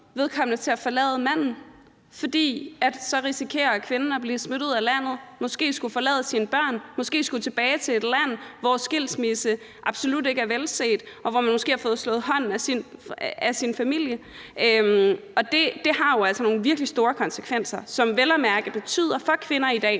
vedkommende til at forlade manden, fordi hun så risikerer at blive smidt ud af landet og måske skulle forlade sine børn og måske skulle tilbage til et land, hvor skilsmisse absolut ikke er velset, og hvor familien måske har slået hånden af hende. Det har jo altså nogle virkelig store konsekvenser, som vel at mærke for de her kvinder